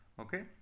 okay